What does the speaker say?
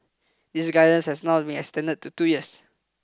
this guidance has now been extended to two years